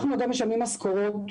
אנחנו גם משלמים משכורות